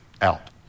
out